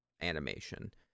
animation